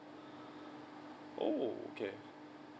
oh okay